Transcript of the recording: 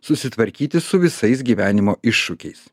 susitvarkyti su visais gyvenimo iššūkiais